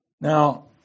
Now